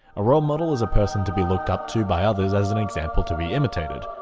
a role model is a person to be looked up to by others as an example to be imitated.